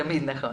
נכון.